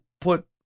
put